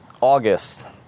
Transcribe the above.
August